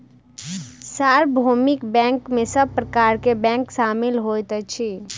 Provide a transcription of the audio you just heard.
सार्वभौमिक बैंक में सब प्रकार के बैंक शामिल होइत अछि